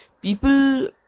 People